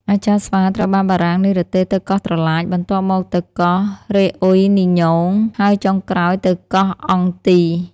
អាចារ្យស្វាត្រូវបានបារាំងនិរទេសទៅកោះត្រឡាច បន្ទាប់មកទៅកោះរេអុយនីញូង ហើយចុងក្រោយទៅកោះអង់ទី។